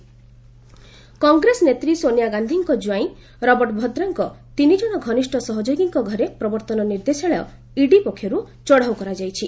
ED Vadra Congress ନେତ୍ରୀ ସୋନିଆ ଗାନ୍ଧୀଙ୍କ ଜ୍ୱାଇଁ ରବର୍ଟ ଭଦ୍ରାଙ୍କ ତିନିଜଣ ଘନିଷ୍ଠ ସହଯୋଗୀଙ୍କ ଘରେ ପ୍ରବର୍ତ୍ତନ ନିର୍ଦ୍ଦେଶାଳୟ ଇଡିପକ୍ଷରୁ ଚଢ଼ଉ କରାଯାଇଛି